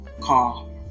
Call